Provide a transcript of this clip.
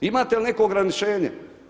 Imate li neko ograničenje?